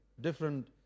different